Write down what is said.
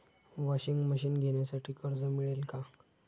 Washing machine घेण्यासाठी कर्ज मिळेल का?